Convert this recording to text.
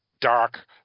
dark